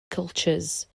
cultures